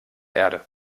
erde